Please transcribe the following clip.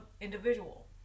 individual